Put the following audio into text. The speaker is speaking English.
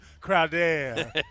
Crowder